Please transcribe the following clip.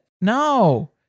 No